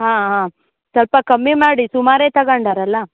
ಹಾಂ ಹಾಂ ಸ್ವಲ್ಪ ಕಮ್ಮಿ ಮಾಡಿ ಸುಮಾರೇ ತಗೊಂಡರಲ್ಲ